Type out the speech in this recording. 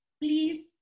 please